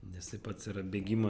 nes ir pats yra bėgimo